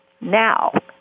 Now